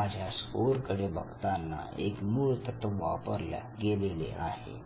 माझ्या स्कोर कडे बघताना एक मूळ तत्व वापरल्या गेले आहे